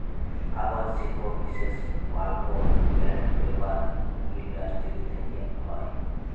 কাগজ শিল্প বিশেষ পাল্প এল্ড পেপার ইলডাসটিরি থ্যাকে হ্যয়